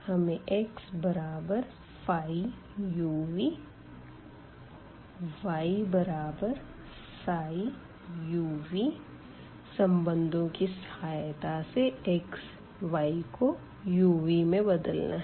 हमें xuvyψuvसंबंधों की सहायता से x y को u v में बदलना है